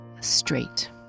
straight